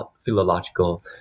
philological